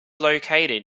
located